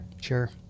Sure